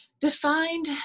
defined